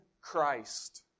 Christ